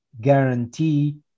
guarantee